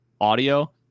audio